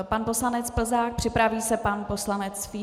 Pan poslanec Plzák, připraví se pan poslanec Fiedler.